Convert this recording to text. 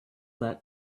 that